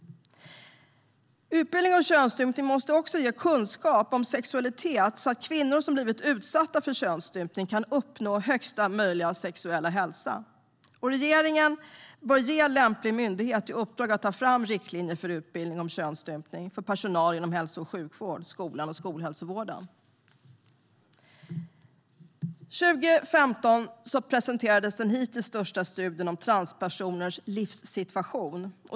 Utbildning om könsstympning måste också ge kunskap om sexualitet så att kvinnor som har blivit utsatta för könsstympning kan uppnå högsta möjliga sexuella hälsa. Regeringen bör ge lämplig myndighet i uppdrag att ta fram riktlinjer för utbildning om könsstympning för personal inom hälso och sjukvården, skolan och skolhälsovården. År 2015 presenterades den hittills största studien om transpersoners livssituation.